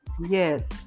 Yes